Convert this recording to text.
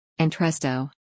Entresto